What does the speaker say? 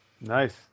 Nice